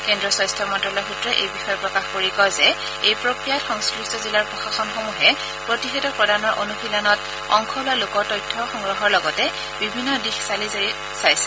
কেন্দ্ৰীয় স্বাস্থ্য মন্ত্ৰালয় সূত্ৰই এই বিষয়ে প্ৰকাশ কৰি কয় যে এই প্ৰক্ৰিয়াত সংশ্লিষ্ট জিলাৰ প্ৰশাসনসমূহে প্ৰতিষেধক প্ৰদানৰ অনুশীলনত অংশ লোৱা লোকৰ তথ্য সংগ্ৰহৰ লগতে বিভিন্ন দিশ চালি জাৰি চাইছে